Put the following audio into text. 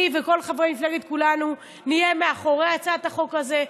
אני וכל חברי מפלגת כולנו נהיה מאחורי הצעת החוק הזאת,